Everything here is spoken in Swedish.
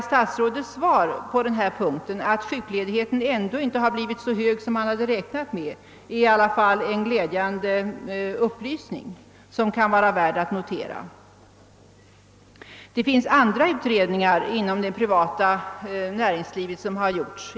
Statsrådets svar på den här punkten, att sjukledigheten ändå inte har blivit så hög som man räknat med är i alla fall en glädjande upplysning som kan vara värd att notera. Det har gjorts andra utredningar av det privata näringslivet.